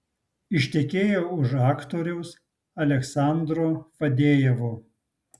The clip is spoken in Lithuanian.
ištekėjo už aktoriaus aleksandro fadejevo